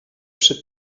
przy